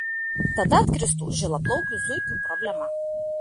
tada atkristų žilaplaukių zuikių problema